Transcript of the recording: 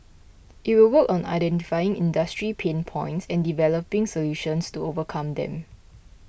it will work on identifying industry pain points and developing solutions to overcome them